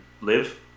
live